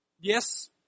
Yes